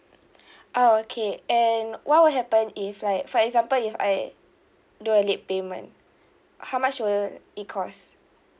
oh okay and what will happen if like for example if I do a late payment how much will it cost